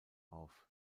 auf